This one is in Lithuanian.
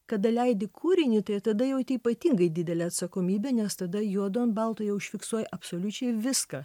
kada leidi kūrinį tai tada jauti ypatingai didelę atsakomybę nes tada juodu ant balto jau užfiksuoja absoliučiai viską